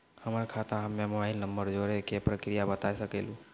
हमर खाता हम्मे मोबाइल नंबर जोड़े के प्रक्रिया बता सकें लू?